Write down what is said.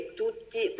tutti